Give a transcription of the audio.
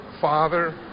father